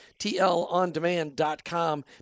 TLONDEMAND.COM